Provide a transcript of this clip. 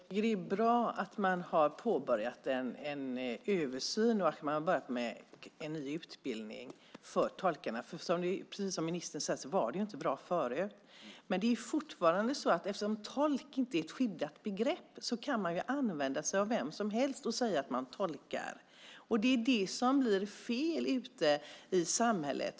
Fru talman! Det är bra att man har påbörjat en översyn och en ny utbildning för tolkar. Precis som ministern säger var det inte bra förut. Men eftersom tolk inte är ett skyddat begrepp kan man fortfarande använda sig av vem som helst och säga att man tolkar. Det är därför som det blir fel ute i samhället.